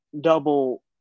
double